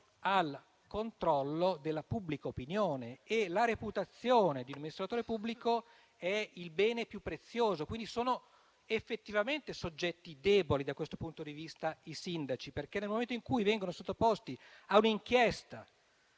al controllo della pubblica opinione e la reputazione per un amministratore pubblico è il bene più prezioso. I sindaci sono quindi effettivamente soggetti deboli da questo punto di vista, perché nel momento in cui vengono sottoposti a un'inchiesta,